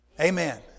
Amen